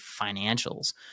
financials